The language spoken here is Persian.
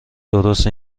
درست